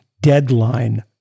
deadline